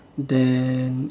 then